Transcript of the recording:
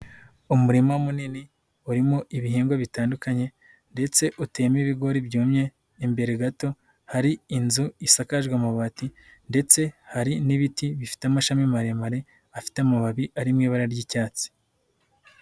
Umurima munini. Urimo ibihingwa bitandukanye, ndetse uteyemo ibigori byumye. Imbere gato, hari inzu isakajwe amabati, ndetse hari n'ibiti bifite amashami maremare, afite amababi ari mu ibara ry'icyatsi.